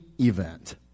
event